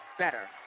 better